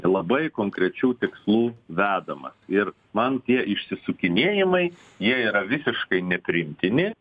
labai konkrečių tikslų vedamas ir man tie išsisukinėjimai jie yra visiškai nepriimtini